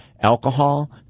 alcohol